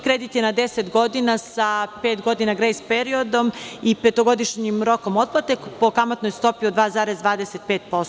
Kredit je na 10 godina, sa pet godina grejs periodom i petogodišnjim rokom otplate po kamatnoj stopi od 2,25%